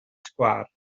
sgwâr